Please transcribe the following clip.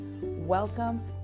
Welcome